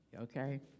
okay